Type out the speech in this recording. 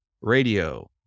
radio